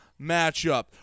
matchup